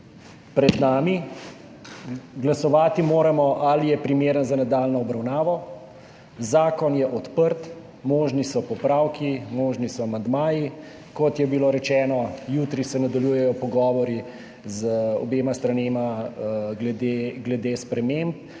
pred nami, glasovati moramo, ali je primeren za nadaljnjo obravnavo. Zakon je odprt, možni so popravki, možni so amandmaji. Kot je bilo rečeno, jutri se nadaljujejo pogovori z obema stranema glede sprememb